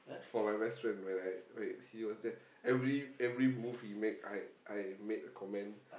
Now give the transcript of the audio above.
for my best friend when I when he was there every every move he make I I made a comment